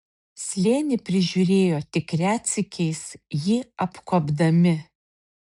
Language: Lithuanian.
slėnį prižiūrėjo tik retsykiais jį apkuopdami